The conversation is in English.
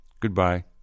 Goodbye